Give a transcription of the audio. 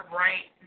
right